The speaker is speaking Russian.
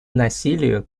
насилию